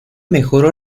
mejoró